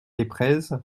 desprez